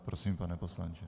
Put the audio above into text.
Prosím, pane poslanče.